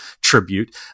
tribute